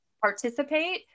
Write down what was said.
participate